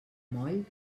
moll